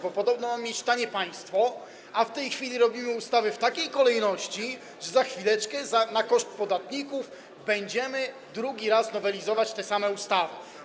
Bo podobno mamy mieć tanie państwo, a w tej chwili robimy ustawy w takiej kolejności, że za chwileczkę na koszt podatników będziemy drugi raz nowelizować te same ustawy.